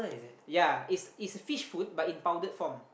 ya it's it's a fish food but in powdered form